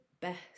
best